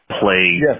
play